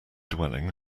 dwelling